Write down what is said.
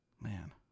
man